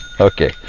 Okay